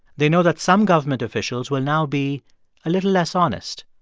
they know that some government officials will now be a little less honest,